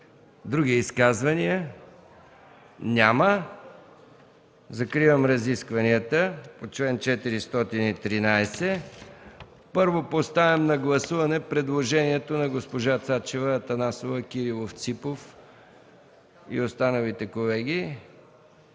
Други изказвания? Няма. Закривам разискванията по чл. 413. Поставям на гласуване предложението на госпожа Цачева, Атанасова, Кирилов, Ципов и останалите колеги,